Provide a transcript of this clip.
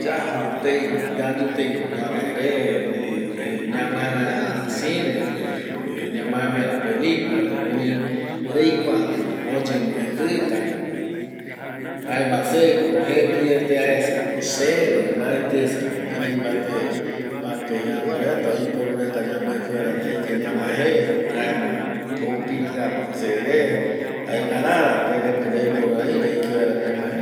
Yaja tei, yayu tei ko ñavae re erei ñamae vaera cine pe ñamae vaera pelicula re erei reikua oyemboepita yepe, jaema se ko jepietea esa ko seve mbaeti esa ko kirai mbate kuape apo reta oiporu reta yamboepi vaera yaike ñamae je jaema oupitia ma se re jae ngara ra nde reme yaiporu rari yaike vaera ñamae